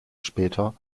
später